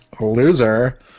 Loser